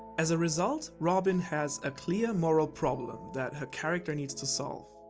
as a result, robin has a clear moral problem that her character needs to solve.